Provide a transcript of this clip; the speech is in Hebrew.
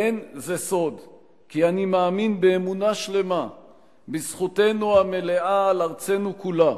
אין זה סוד כי אני מאמין באמונה שלמה בזכותנו המלאה על ארצנו כולה,